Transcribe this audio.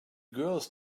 girls